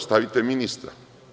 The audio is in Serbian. Stavite ministra.